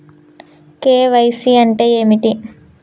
KYC అంటే ఏమిటి?